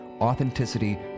authenticity